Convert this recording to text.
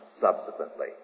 subsequently